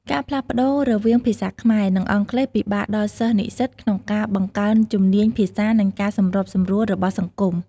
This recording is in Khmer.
ការផ្លាស់ប្ដូរវាងភាសាខ្មែរ និងអង់គ្លេសពិបាកដល់សិស្សនិស្សិតក្នុងការបង្កើនជំនាញភាសានិងការសម្របសម្រួលរបស់សង្គម។